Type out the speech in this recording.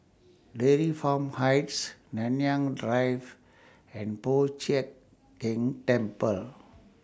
Dairy Farm Heights Nanyang Drive and Po Chiak Keng Temple